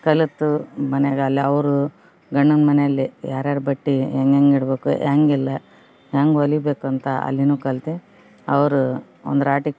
ಕಲತು ಮನ್ಯಾಗಲ್ಲೆ ಅವರು ಗಂಡನ ಮನೆಯಲ್ಲಿ ಯಾರ್ಯಾರು ಬಟ್ಟೆ ಹೆಂಗೆಂಗೆ ಇಡಬೇಕು ಹ್ಯಾಂಗೆ ಇಲ್ಲ ಹ್ಯಾಂಗೆ ಹೊಲಿಬೇಕು ಅಂತ ಅಲ್ಲೀನು ಕಲ್ತೆ ಅವರು ಒಂದು ರಾಟಿ